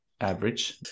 average